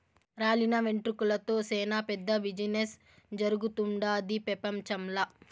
రాలిన వెంట్రుకలతో సేనా పెద్ద బిజినెస్ జరుగుతుండాది పెపంచంల